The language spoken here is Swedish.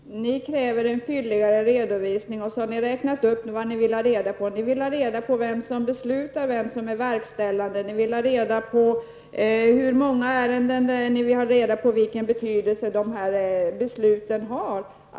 Herr talman! Ni kräver en fylligare redovisning och har räknat upp vad ni vill ha reda på. Ni vill ha reda på vem som beslutar, vem som är verkställande, hur många ärenden det är och vilken betydelse besluten har.